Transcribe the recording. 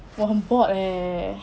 我很 bored leh